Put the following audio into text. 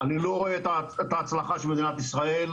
אני לא רואה את ההצלחה של מדינת ישראל.